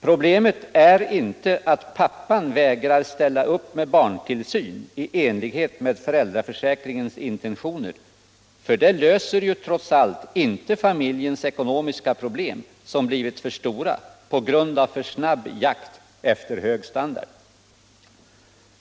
Problemet är inte att pappan vägrar ställa upp med barntillsyn i enlighet med föräldraförsäkringens intentioner, för det löser trots allt inte familjens ekonomiska problem, som blivit för stora på grund av för snabb jakt efter hög standard.